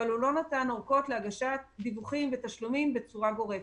אבל הוא לא נתן אורכות להגשת דיווחים ותשלומים בצורה גורפת.